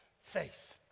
face